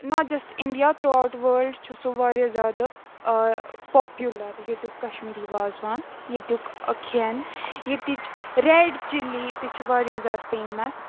not just India throughout world چھُ سُہ واریاہ زیادٕ پاپیوٗلَر ییٚتیُک کشمیٖری وازوان ییٚتیُک کھٮ۪ن ییٚتِچ رٮ۪ڈ چِلی ییٚتہِ چھِ واریاہ زیادٕ فیمَس